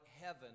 heaven